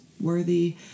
worthy